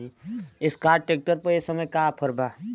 Escort tractor पर ए समय का ऑफ़र बा?